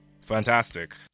Fantastic